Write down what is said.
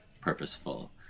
purposeful